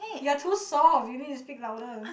you're too soft you need to speak louder